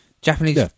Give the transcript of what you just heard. Japanese